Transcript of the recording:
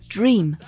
Dream